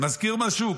מזכיר משהו?